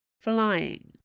flying